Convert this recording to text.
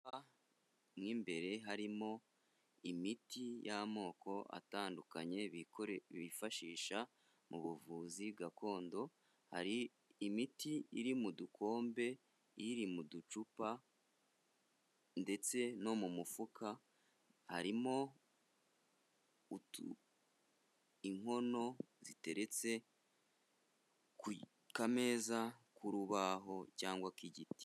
Nk'imbere harimo imiti y'amoko atandukanye bifashisha mu buvuzi gakondo, hari imiti iri mu dukombe, iri mu ducupa ndetse no mu mufuka harimo utu inkono ziteretse ku kameza k'urubaho cyangwa k'igiti.